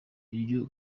iryo